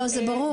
לא, זה ברור.